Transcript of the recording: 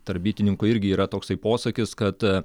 tarp bitininkų irgi yra toksai posakis kad aa